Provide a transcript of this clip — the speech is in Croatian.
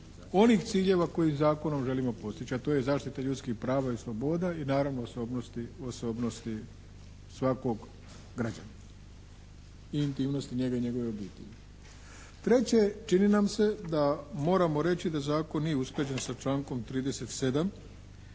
onih ciljeva kojih zakonom želimo postići, a to je zaštita ljudskih prava i sloboda i naravno osobnosti svakog građana i intimnosti njega i njegove obitelji. Treće, čini nam se da moramo reći da zakon nije usklađen sa člankom 37.,